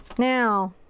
now